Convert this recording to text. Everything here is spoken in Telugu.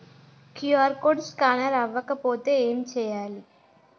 క్యూ.ఆర్ కోడ్ స్కానర్ అవ్వకపోతే ఏం చేయాలి?